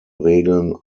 regeln